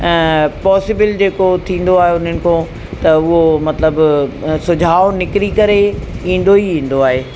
possible जेको थींदो आहे उन्हनि खां त उहो मतिलबु सुझाव निकिरी करे ईंदो ई ईंदो आहे